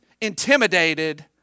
intimidated